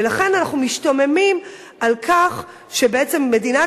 ולכן אנחנו משתוממים על כך שבעצם מדינת